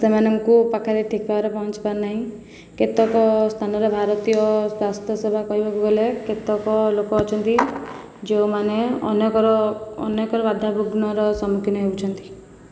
ସେମାନଙ୍କୁ ପାଖରେ ଠିକ୍ ଭାବରେ ପହଞ୍ଚି ପାରୁନାହିଁ କେତେକ ସ୍ଥାନରେ ଭାରତୀୟ ସ୍ୱାସ୍ଥ୍ୟ ସେବା କହିବାକୁ ଗଲେ କେତେକ ଲୋକ ଅଛନ୍ତି ଯେଉଁମାନେ ଅନେକର ଅନେକର ବାଧା ବିଘ୍ନର ସମ୍ମୁଖୀନ ହେଉଛନ୍ତି